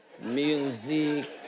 music